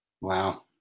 Wow